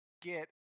get